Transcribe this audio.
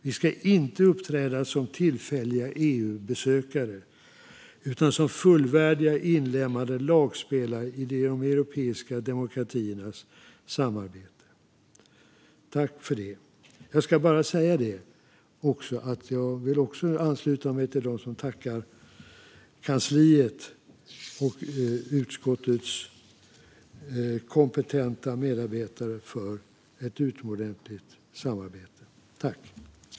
Vi ska inte uppträda som tillfälliga EU-besökare utan som fullvärdiga, inlemmade lagspelare i de europeiska demokratiernas samarbete. Jag vill också ansluta mig till dem som tackar kansliets och utskottets kompetenta medarbetare för ett utomordentligt samarbete.